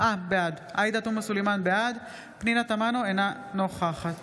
בעד פנינה תמנו, אינה נוכחת